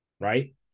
right